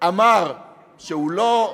אמר שהוא לא,